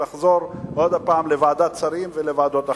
ולחזור עוד פעם לוועדת שרים ולוועדות אחרות.